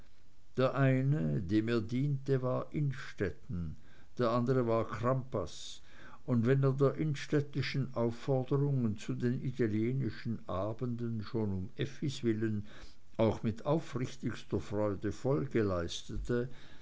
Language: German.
der eine dem er diente war innstetten der andere war crampas und wenn er der innstettenschen aufforderung zu den italienischen abenden schon um effis willen auch mit aufrichtigster freude folge leistete